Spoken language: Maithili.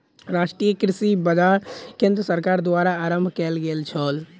राष्ट्रीय कृषि बाजार केंद्र सरकार द्वारा आरम्भ कयल गेल छल